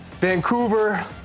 Vancouver